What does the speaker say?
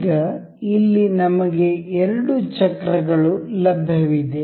ಈಗ ಇಲ್ಲಿ ನಮಗೆ ಎರಡು ಚಕ್ರಗಳು ಲಭ್ಯವಿದೆ